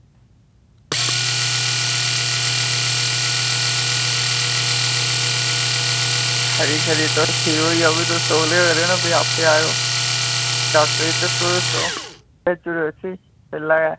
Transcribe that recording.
ठीक ऐ ठीक ऐ तुस ठीक होई जायो ते तौले करेओ तुस आयो ते भी तुस करेओ आपें बस भेजी ओड़ेओ इसी बड्डलै